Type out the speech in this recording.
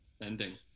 Ending